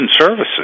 services